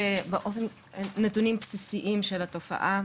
אציג נתונים בסיסיים של התופעה,